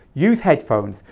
use headphones.